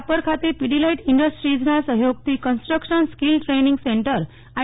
રાપર ખાતે પીડીલાઈટ ઈન્ડસ્ટ્રીજના સહયોગથી કન્સ્ટ્રકશન સ્કીલ ટ્રેઈનીંગ સેન્ટર આઈ